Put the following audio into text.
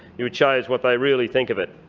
it shows what they really think of it.